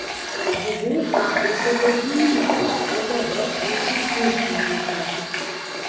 buvau fabriko darbininkas o dabar būsiu ūkininkas